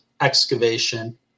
excavation